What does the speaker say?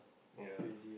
ya